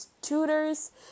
tutors